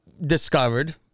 discovered